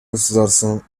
государственном